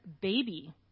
baby